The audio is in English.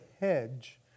hedge